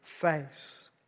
face